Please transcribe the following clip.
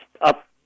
up